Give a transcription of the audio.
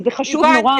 וזה חשוב נורא.